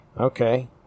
Okay